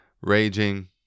raging